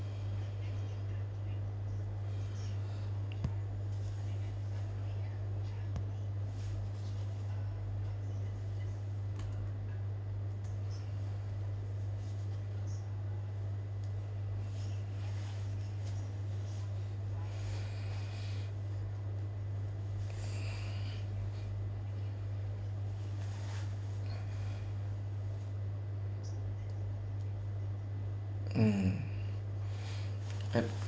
mm at